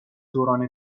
دوران